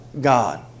God